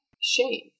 shame